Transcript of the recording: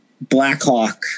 Blackhawk